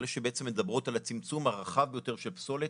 אלה שבעצם מדברות על הצמצום הרחב ביותר של פסולת,